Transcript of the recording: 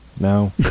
no